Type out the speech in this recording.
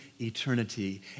eternity